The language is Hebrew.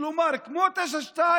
כלומר כמו 922,